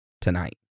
tonight